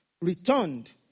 returned